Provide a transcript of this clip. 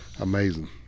Amazing